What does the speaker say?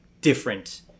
different